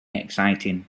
exciting